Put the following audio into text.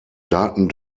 daten